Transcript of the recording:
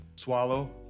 Swallow